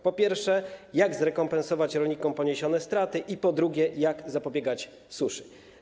Po pierwsze, jak zrekompensować rolnikom poniesione straty, po drugie, jak zapobiegać suszy.